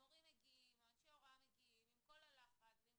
המורים מגיעים או אנשי הוראה מגיעים עם כל הלחץ ועם